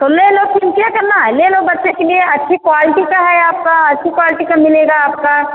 तो ले लो फिर क्या करना है ले लो बच्चे के लिए अच्छी क्वालिटी का है आपका अच्छी क्वालिटी का मिलेगा आपका